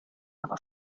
aber